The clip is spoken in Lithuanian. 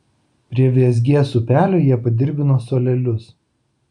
prie vėzgės upelio jie padirbdino suolelius